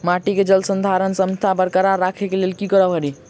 माटि केँ जलसंधारण क्षमता बरकरार राखै लेल की कड़ी?